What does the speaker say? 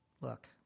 Look